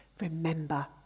Remember